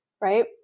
right